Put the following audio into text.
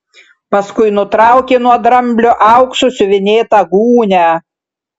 paskui nutraukė nuo dramblio auksu siuvinėtą gūnią